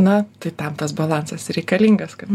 na tai tam tas balansas ir reikalingas kad